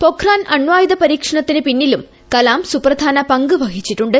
പൊഖ്രാൻ അണ്വായുധ പരീക്ഷണത്തിന് പിന്നിലും കലാം സുപ്രധാന പങ്ക് വഹിച്ചിട്ടുണ്ട്